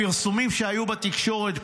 הפרסומים היו בתקשורת,